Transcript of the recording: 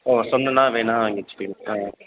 ஓ சொன்னன்னா வேணும்னா வாங்கி வச்சுப்பிங்களா